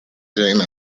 jane